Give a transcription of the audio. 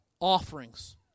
offerings